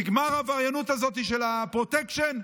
נגמרה העבריינות של הפרוטקשן.